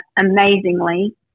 amazingly